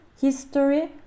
history